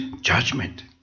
judgment